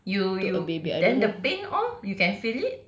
you you then the pain all you can feel it